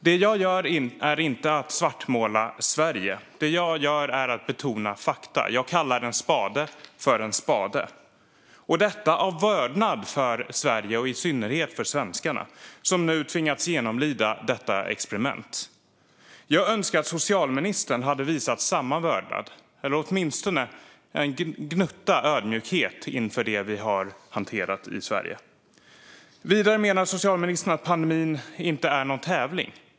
Det jag gör är inte att svartmåla Sverige. Det jag gör är att betona fakta. Jag kallar en spade för en spade. Det gör jag av vördnad för Sverige och i synnerhet för svenskarna som tvingats genomlida detta experiment. Jag önskar att socialministern hade visat samma vördnad eller åtminstone en gnutta ödmjukhet inför det vi har hanterat i Sverige. Vidare menar socialministern att pandemin inte är någon tävling.